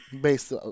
based